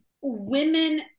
women